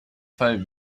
fall